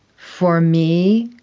for me,